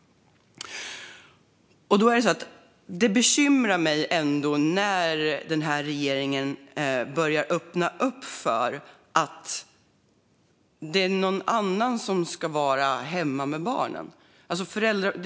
Det bekymrar mig att regeringen börjar öppna för att någon annan ska vara hemma med barnen.